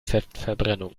fettverbrennung